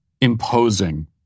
imposing